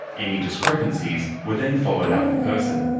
any discrepancies were then followed up in person.